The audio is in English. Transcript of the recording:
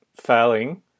failing